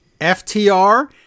FTR